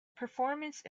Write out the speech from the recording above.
performance